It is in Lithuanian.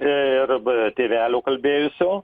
ir beje tėvelio kalbėjusio